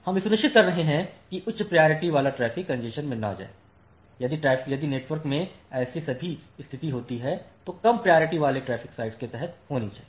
हम यह सुनिश्चित कर रहे हैं कि उच्च प्रायोरिटी वाला ट्रैफिक कंजेशन में न जाए यदि नेटवर्क में ऐसी सभी स्थिति होती है जो कम प्रायोरिटी वाले ट्रैफिक साइट के तहत होनी चाहिए